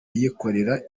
yikorera